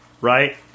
right